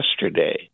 yesterday